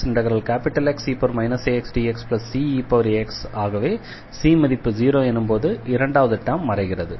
⟹yeaxXe axdxCeax ஆகவே C மதிப்பு 0 எனும்போது இரண்டாவது டெர்ம் மறைகிறது